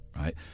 right